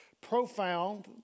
profound